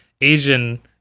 Asian